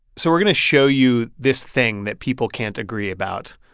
so we're going to show you this thing that people can't agree about.